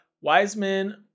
Wiseman